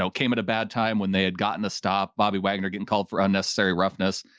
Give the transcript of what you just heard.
so came at a bad time when they had gotten the stop bobby wagner getting called for unnecessary roughness.